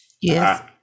Yes